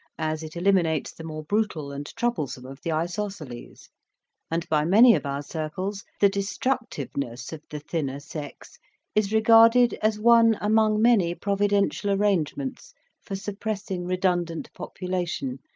as it eliminates the more brutal and troublesome of the isosceles and by many of our circles the destructiveness of the thinner sex is regarded as one among many providential arrangements for suppressing redundant population,